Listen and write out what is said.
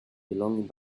belonging